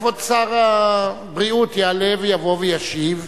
כבוד שר הבריאות יעלה ויבוא וישיב,